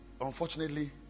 unfortunately